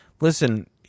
listen